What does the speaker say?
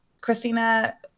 Christina